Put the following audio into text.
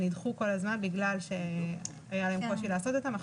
הם נדחו בגלל שהיה להם קושי לעשות אותם.